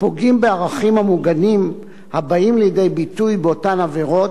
הפוגעים בערכים המוגנים הבאים לידי ביטוי באותן עבירות,